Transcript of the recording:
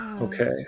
okay